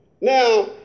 now